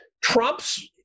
Trump's